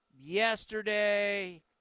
yesterday